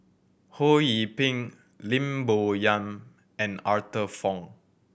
Ho Yee Ping Lim Bo Yam and Arthur Fong